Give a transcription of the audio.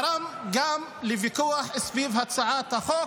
גרם גם לוויכוח סביב הצעת החוק.